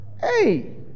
Hey